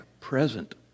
present